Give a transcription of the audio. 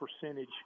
percentage